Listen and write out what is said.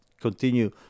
continue